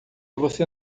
você